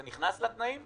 זה נכנס לתנאים?